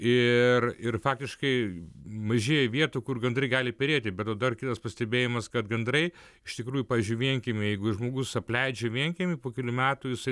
ir ir faktiškai mažėja vietų kur gandrai gali perėti be to dar kitas pastebėjimas kad gandrai iš tikrųjų pavyzdžiui vienkiemy jeigu žmogus apleidžia vienkiemį po kelių metų jisai